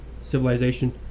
civilization